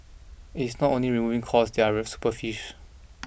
it's not only removing costs that are super fish